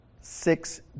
six